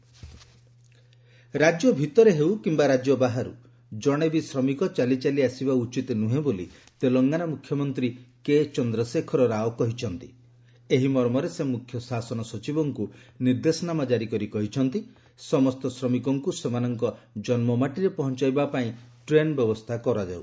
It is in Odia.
ଶ୍ରମିକ ରାଜ୍ୟ ଭିତରେ ହେଉ କିମ୍ବା ରାଜ୍ୟ ବାହାରୁ ଜଣେବି ଶ୍ରମିକ ଚାଲି ଚାଲି ଆସିବା ଉଚିତ୍ ନୁହେଁ ବୋଲି ତେଲଙ୍ଗାନା ମୁଖ୍ୟମନ୍ତ୍ରୀ କେ ଚନ୍ଦ୍ରଶେଖର ରାଓ କହିଛନ୍ତି ଏହି ମର୍ମରେ ସେ ମୁଖ୍ୟ ଶାସନ ସଚିବଙ୍କୁ ନିର୍ଦ୍ଦେଶନାମା ଜାରି କରି କହିଛନ୍ତି ସମସ୍ତ ଶ୍ରମିକଙ୍କୁ ସେମାନଙ୍କ କନ୍ମ ମାଟିରେ ପହଞ୍ଚାଇବା ପାଇଁ ଟ୍ରେନ୍ ବ୍ୟବସ୍ଥା କରାଯିବ